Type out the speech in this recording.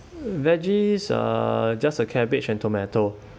veggies uh just a cabbage and tomato